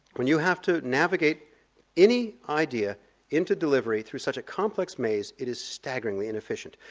when you have to navigate any idea into delivery through such a complex maze it is staggeringly inefficient.